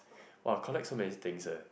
!wah! I collect so many things eh